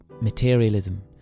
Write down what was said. materialism